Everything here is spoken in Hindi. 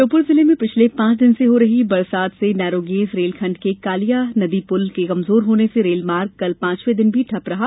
श्योपुर जिले में पिछले पांच दिन से हो रही भारी बरसात से नैरोगेज रेलखंड के कालिया नदी पुल के कमजोर होने से रेलमार्ग कल पांचवें दिन भी ठप रहा